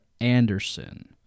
Anderson